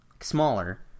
smaller